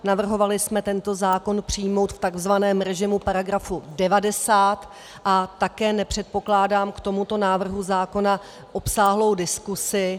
Navrhovali jsme tento zákon přijmout v tzv. režimu § 90 a také nepředpokládám k tomuto návrhu zákona obsáhlou diskusi.